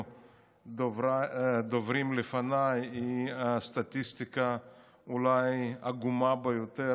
הדוברים לפניי היא סטטיסטיקה עגומה ביותר,